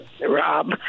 Rob